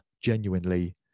genuinely